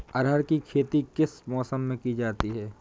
अरहर की खेती किस मौसम में की जाती है?